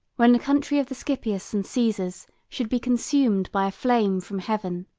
when the country of the scipios and caesars should be consumed by a flame from heaven,